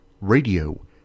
radio